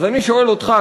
אז אני שואל אותך,